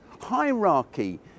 hierarchy